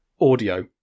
audio